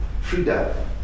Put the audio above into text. Frida